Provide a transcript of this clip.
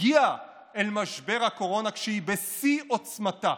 הגיעה אל משבר הקורונה כשהיא בשיא עוצמתה,